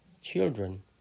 children